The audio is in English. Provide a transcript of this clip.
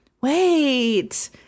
wait